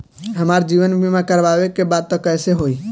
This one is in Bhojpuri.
हमार जीवन बीमा करवावे के बा त कैसे होई?